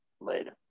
Later